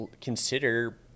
consider